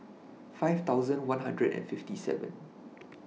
five thousand one hundred and fifty seven